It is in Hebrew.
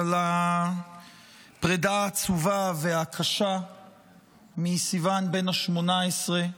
על הפרידה העצובה והקשה מסיון, בן ה-18,